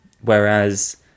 Whereas